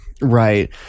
Right